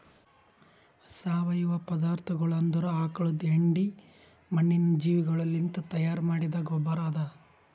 ಸಾವಯವ ಪದಾರ್ಥಗೊಳ್ ಅಂದುರ್ ಆಕುಳದ್ ಹೆಂಡಿ, ಮಣ್ಣಿನ ಜೀವಿಗೊಳಲಿಂತ್ ತೈಯಾರ್ ಮಾಡಿದ್ದ ಗೊಬ್ಬರ್ ಅದಾ